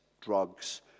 drugs